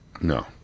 no